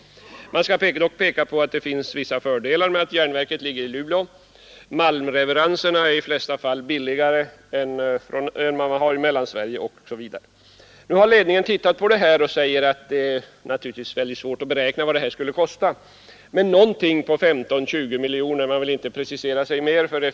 Jag vill dock peka på att det finns vissa fördelar med att järnverket ligger i Luleå. Malmleveranserna är i de flesta fall billigare där än i Mellansverige, t.ex. Ledningen för företaget har tittat på det här förslaget och sagt att det naturligtvis är väldigt svårt att beräkna de extra kostnaderna. Man har kommit fram till 15 å 20 miljoner. Närmare vill man inte precisera sig.